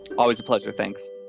always a pleasure. thanks.